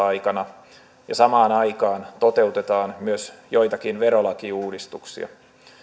aikana ja samaan aikaan toteutetaan myös joitakin verolakiuudistuksia